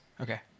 Okay